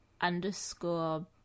underscore